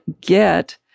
get